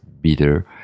bitter